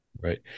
Right